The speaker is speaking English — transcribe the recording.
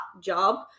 job